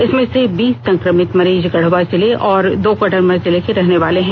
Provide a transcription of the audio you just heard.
इसमें से बीस संक्रमित मरीज गढ़वा जिले और दो कोडरमा के रहने वाले हैं